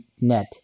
net